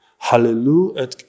Hallelujah